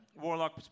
Warlock